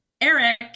Eric